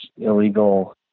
illegal